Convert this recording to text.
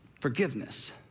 forgiveness